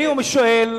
אני שואל,